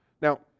now